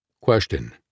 Question